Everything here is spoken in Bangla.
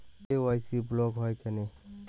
কে.ওয়াই.সি ব্লক হয় কেনে?